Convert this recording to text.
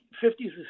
fifties